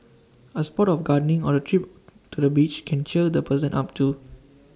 A spot of gardening or A trip to the beach can cheer the person up too